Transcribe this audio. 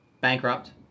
bankrupt